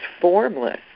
formless